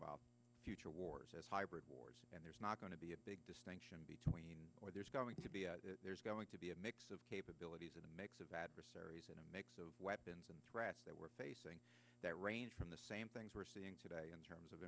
about future wars as hybrid wars and there's not going to be a big distinction between where there's going to be there's going to be a mix of capabilities and a mix of adversaries and a mix of weapons and threats that we're facing that range from the same things we're seeing today in terms of